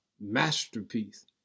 masterpiece